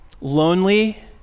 lonely